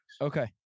okay